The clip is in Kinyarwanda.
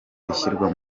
ishyirwa